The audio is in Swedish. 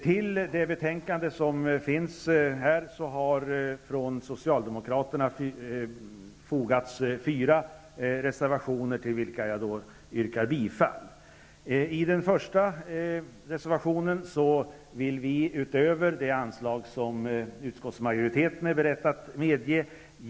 Till betänkandet har från Socialdemokraterna fogats fyra reservationer, till vilka jag yrkar bifall. I den första reservationen framför vi att vi vill ge domstolsverket 6 milj.kr. utöver det anslag som utskottsmajoriteten är beredd att medge.